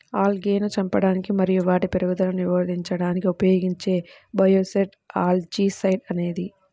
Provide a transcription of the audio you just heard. ఆల్గేను చంపడానికి మరియు వాటి పెరుగుదలను నిరోధించడానికి ఉపయోగించే బయోసైడ్ ఆల్జీసైడ్ అనేది